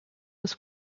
was